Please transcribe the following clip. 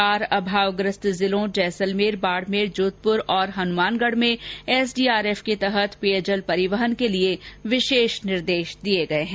चार अभावग्रस्त जिलों जैसलमेर बाडमेर जोधप्र और हनुमानगढ में एसडीआरएफ के तहत पेयजल परिवहन के लिए विशेष निर्देश दिए गए हैं